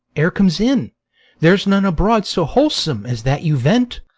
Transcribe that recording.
air comes in there's none abroad so wholesome as that you vent.